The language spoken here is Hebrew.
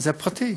זה פרטי.